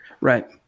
Right